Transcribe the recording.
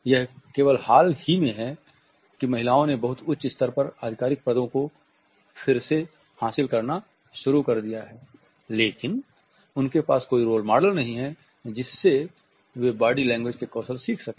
यह केवल हाल ही में है कि महिलाओं ने बहुत उच्च स्तर पर आधिकारिक पदों को फिर से हासिल करना शुरू कर दिया है लेकिन उनके पास कोई रोल मॉडल नहीं है जिनसे वे बॉडी लैंग्वेज के कौशल सीख सकें